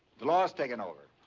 the law's taking over.